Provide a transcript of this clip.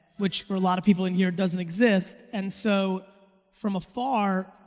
which for a lot of people in here doesn't exist. and so from afar,